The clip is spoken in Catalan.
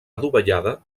adovellada